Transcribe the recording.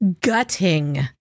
gutting